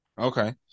Okay